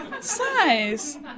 size